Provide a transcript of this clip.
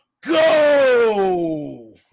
go